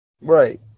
right